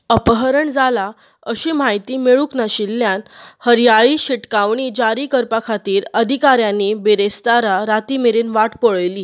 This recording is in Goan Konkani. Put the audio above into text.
अपहरण जालां अशी म्हायती मेळूंक नाशिल्ल्यान हरयाळी शिटकावणी जारी करपा खातीर अधिकाऱ्यांनी बिरेस्तारा रातीं मेरेन वाट पळयली